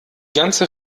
ganze